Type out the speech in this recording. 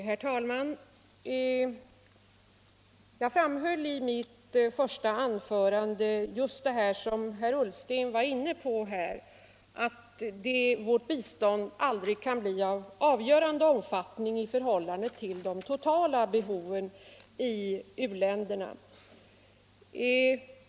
Herr talman! Jag framhöll i mitt första anförande samma uppfattning som den herr Ullsten anförde, nämligen att vårt bistånd aldrig kan bli av avgörande omfattning i förhållande till de totala behoven i u-länderna.